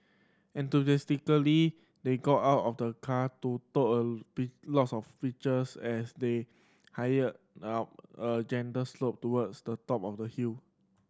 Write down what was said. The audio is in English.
enthusiastically they got out of the car to took a lots of pictures as they hiked up a gentle slope towards the top of the hill